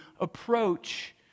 approach